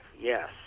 yes